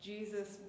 Jesus